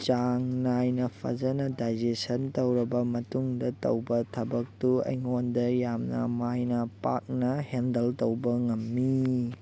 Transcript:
ꯆꯥꯡ ꯅꯥꯏꯅ ꯐꯖꯅ ꯗꯥꯏꯖꯦꯁꯟ ꯇꯧꯔꯕ ꯃꯇꯨꯡꯗ ꯇꯧꯕ ꯊꯕꯛꯇꯨ ꯑꯩꯉꯣꯟꯗ ꯌꯥꯝꯅ ꯃꯥꯏꯅ ꯄꯥꯛꯅ ꯍꯦꯟꯗꯜ ꯇꯧꯕ ꯉꯝꯃꯤ